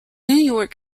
york